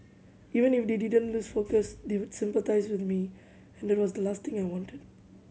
even if they didn't lose focus they would sympathise with me and that was the last thing I wanted